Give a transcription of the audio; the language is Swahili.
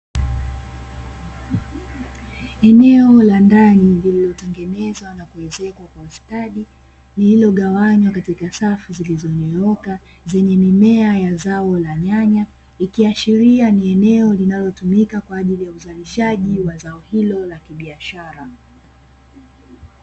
Eneo la ndani lililotengenezwa na kuezekwa kwa ustadi, lililogawanywa katika safu zilizonyooka; zenye mimea ya zao la nyanya, ikiashiria ni eneo linalotumika kwa ajili ya uzalishaji wa zao hilo la kibiashara.